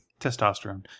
Testosterone